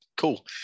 cool